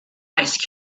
ice